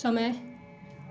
समय